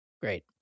Great